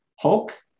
Hulk